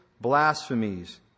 blasphemies